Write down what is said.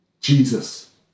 Jesus